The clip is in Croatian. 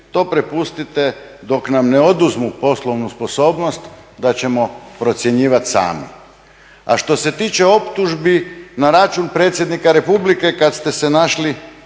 to prepustite dok nam ne oduzmu poslovnu sposobnost da ćemo procjenjivat sami. A što se tiče optužbi na račun Predsjednika Republike kad ste se našli